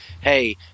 Hey